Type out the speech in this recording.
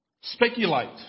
speculate